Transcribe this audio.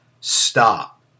Stop